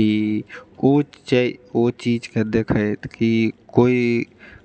ई ओ छै ओ चीजके देखैत कि कोइ